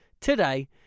today